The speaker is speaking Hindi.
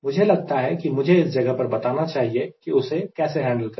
मुझे लगता है कि मुझे इस जगह पर बताना चाहिए कि उसे कैसे हैंडल करें